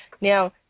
Now